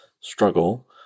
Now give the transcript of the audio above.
struggle